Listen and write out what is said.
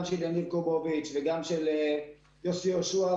גם של יניב קובוביץ' וגם של יוסי יהושע,